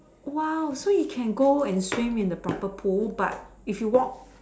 !wow! so you can go and swim in a proper pool but if you walk